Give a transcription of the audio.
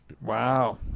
Wow